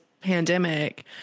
pandemic